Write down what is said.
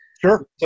Sure